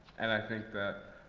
and i think that